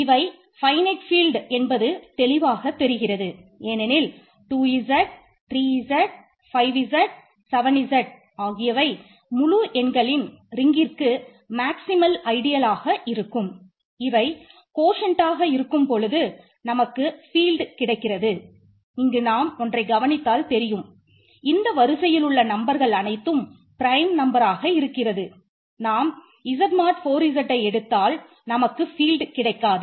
இவை finite field கிடைக்காது